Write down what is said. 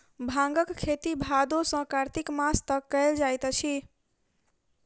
भांगक खेती भादो सॅ कार्तिक मास तक कयल जाइत अछि